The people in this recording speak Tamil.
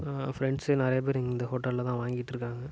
ஃப்ரெண்ட்ஸு நிறையா பேரு இந்த ஹோட்டலில் தான் வாங்கியிட்டுருக்காங்க